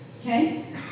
Okay